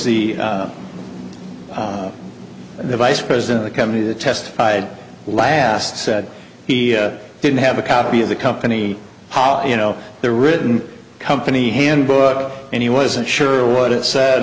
was the vice president of the company that testified last said he didn't have a copy of the company you know the written company handbook and he wasn't sure what it said